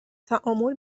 تعامل